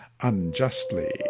unjustly